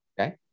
okay